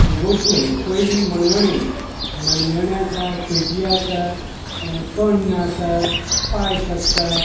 गोडशें पयलीं मणगणें मणगणें आसा सोजी आसा कण्ण आसा पायस आसता